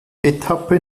etappe